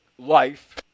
life